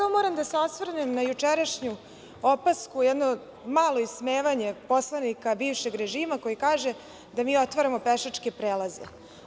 Moram da se osvrnem na jučerašnju opasku, jedno malo ismevanje poslanika bivšeg režima koji kaže da mi otvaramo pešačke prelaze.